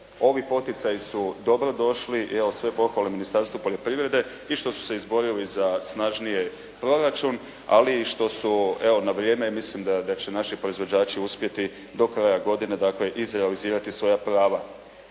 ovi poticaju su dobrodošli i evo, sve pohvale Ministarstvu poljoprivrede i što su se izborili za snažniji proračun, ali i što su, evo na vrijeme i mislim da će naši proizvođači uspjeti do kraja godine izrealizirati svoja prava.